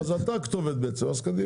אז בעצם אתה הכתובת, אז קדימה.